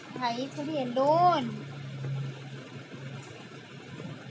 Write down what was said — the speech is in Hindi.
क्या कोई किसान व्यक्तिगत ऋण के लिए आवेदन कर सकता है?